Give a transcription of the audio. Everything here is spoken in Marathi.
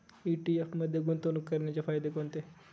ई.टी.एफ मध्ये गुंतवणूक करण्याचे फायदे कोणते?